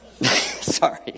Sorry